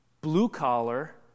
blue-collar